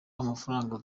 amafaranga